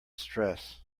stress